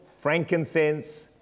frankincense